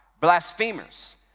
blasphemers